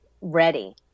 ready